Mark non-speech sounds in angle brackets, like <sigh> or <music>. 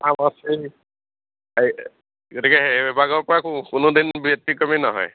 নাম আছে <unintelligible> গতিকে সেইভাগৰ পৰা কোনোদিন ব্য়তিক্ৰমী নহয়